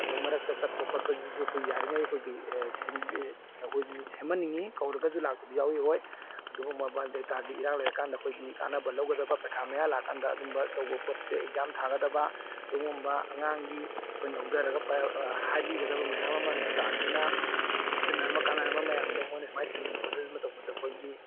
ꯑꯗꯨꯒ ꯃꯔꯛꯇ ꯇꯠꯄ ꯈꯣꯠꯄꯁꯤꯁꯨ ꯑꯩꯈꯣꯏ ꯌꯥꯔꯤꯉꯩ ꯑꯩꯈꯣꯏꯒꯤ ꯑꯩꯈꯣꯏꯁꯨ ꯁꯦꯝꯍꯟꯅꯤꯡꯏ ꯀꯧꯔꯒꯁꯨ ꯂꯥꯛꯇꯕ ꯌꯥꯎꯏ ꯍꯣꯏ ꯑꯗꯨꯕꯨ ꯃꯣꯕꯥꯏꯜ ꯗꯥꯇꯥꯒꯤ ꯏꯔꯥꯡ ꯂꯩꯔ ꯀꯥꯟꯗ ꯑꯩꯈꯣꯏꯒꯤ ꯀꯥꯟꯅꯕ ꯂꯧꯒꯗꯕ ꯄꯩꯈꯥ ꯃꯌꯥ ꯂꯥꯛꯀꯥꯟꯗ ꯑꯗꯨꯝꯕ ꯇꯧꯕ ꯄꯣꯠꯁꯦ ꯑꯦꯛꯖꯥꯝ ꯊꯥꯒꯗꯕ ꯑꯗꯨꯒꯨꯝꯕ ꯑꯉꯥꯡꯒꯤ ꯑꯩꯈꯣꯏꯅ ꯂꯧꯗꯔꯒ ꯍꯥꯏꯕꯤꯒꯗꯕ ꯃꯌꯥꯝ ꯑꯃ ꯗꯥꯇꯥꯁꯤꯅ ꯁꯤꯖꯤꯟꯅꯔꯝꯕ ꯀꯥꯟꯅꯔꯝꯕ ꯃꯌꯥꯝꯗꯣ ꯃꯣꯏꯅ ꯁꯨꯃꯥꯏꯅ ꯊꯤꯡꯖꯤꯟꯕ ꯈꯣꯠꯆꯤꯟꯕ ꯇꯧꯕꯗ ꯑꯩꯈꯣꯏꯒꯤ